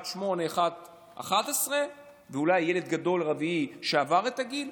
בן 8 ובן 11 ואולי ילד רביעי גדול שעבר את הגיל,